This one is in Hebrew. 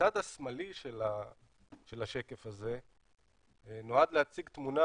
הצד השמאלי של השקף הזה נועד להציג תמונה